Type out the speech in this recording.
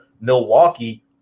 Milwaukee